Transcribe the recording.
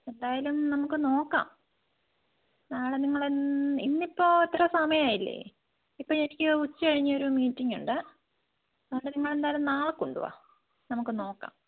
എന്തായാലും നമുക്ക് നോക്കാം നാളെ നിങ്ങൾ എന്താണ് ഇന്നിപ്പോൾ ഇത്ര സമയമായില്ലേ ഇപ്പോൾ എനിക്ക് ഉച്ച കഴിഞ്ഞൊരു മീറ്റിങ്ങ് ഉണ്ട് അതുകൊണ്ട് നിങ്ങൾ എന്തായാലും നാളെ കൊണ്ടുവാ നമുക്ക് നോക്കാം